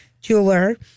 Jeweler